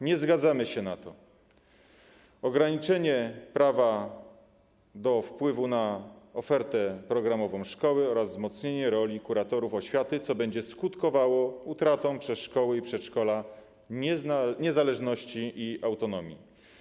Nie zgadzamy się na ograniczenie prawa do wpływu na ofertę programową szkoły oraz wzmocnienie roli kuratorów oświaty, co będzie skutkowało utratą przez szkoły i przedszkola niezależności i autonomii.